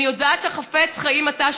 אני יודעת שחפץ חיים אתה,